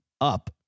Up